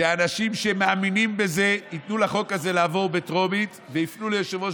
שהאנשים שמאמינים בזה ייתנו לחוק הזה לעבור בטרומית ויפנו ליושב-ראש